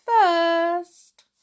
first